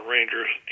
Rangers